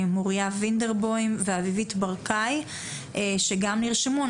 מוריה וינדרבוים ואביבית ברקאי שגם נרשמו.